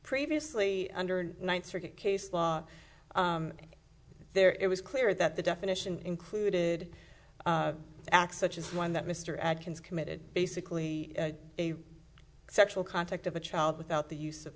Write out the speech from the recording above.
previously hundred ninth circuit case law there it was clear that the definition included acts such as one that mr adkins committed basically a sexual contact of a child without the use of